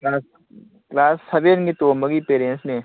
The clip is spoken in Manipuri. ꯀ꯭ꯂꯥꯁ ꯁꯕꯦꯟꯒꯤ ꯇꯣꯝꯕꯒꯤ ꯄꯦꯔꯦꯟꯁꯅꯦ